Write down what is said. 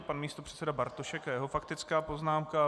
Pan místopředseda Bartošek a jeho faktická poznámka.